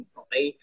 okay